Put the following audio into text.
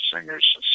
singers